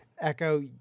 echo